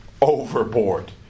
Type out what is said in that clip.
overboard